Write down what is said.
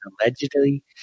allegedly